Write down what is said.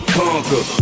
conquer